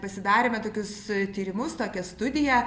pasidarėme tokius tyrimus tokią studiją